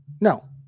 No